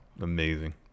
Amazing